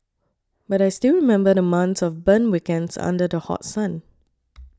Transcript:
but I still remember the months of burnt weekends under the hot sun